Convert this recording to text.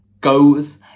goes